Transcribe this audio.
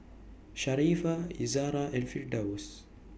Sharifah Izzara and Firdaus